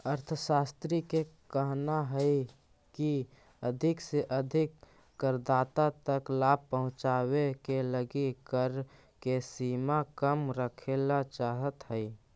अर्थशास्त्रि के कहना हई की अधिक से अधिक करदाता तक लाभ पहुंचावे के लगी कर के सीमा कम रखेला चाहत हई